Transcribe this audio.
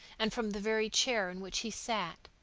and from the very chair in which he sat,